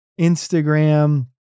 Instagram